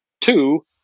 Two